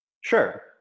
Sure